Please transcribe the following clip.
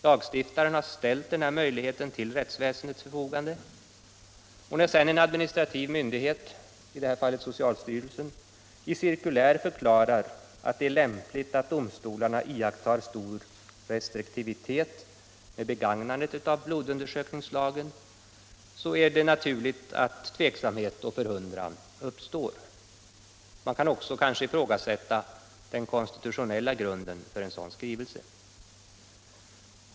Lagstiftaren har ställt denna möjlighet till rättsväsendets förfogande. När sedan en administrativ myn dighet — i detta fall socialstyrelsen — i cirkulär förklarar att det är lämpligt att domstolarna iakttar stor restriktivitet med begagnandet av blodundersökningslagen, är det naturligt att tveksamhet och förundran uppstår. Man kan också kanske ifrågasätta den konstitutionella grunden för en sådan skrivelse.